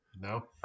No